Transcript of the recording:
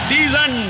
Season